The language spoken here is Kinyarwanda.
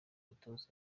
umutoza